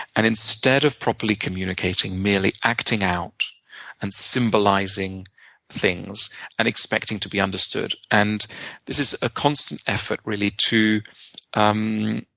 and instead of properly communicating, merely acting out and symbolizing things and expecting to be understood. and this is a constant effort, really, to um